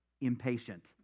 impatient